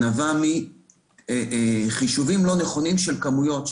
נבע מחישובים לא נכונים של כמויות,